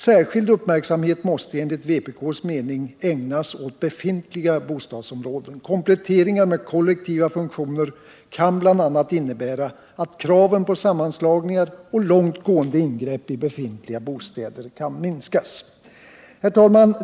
Särskild uppmärksamhet måste enligt vpk:s mening ägnas åt befintliga bostadsområden. Kompletteringar med kollektiva funktioner kan bl.a. innebära att kraven på sammanslagningar och långt gående ingrepp i befintliga bostäder kan minskas. Herr talman!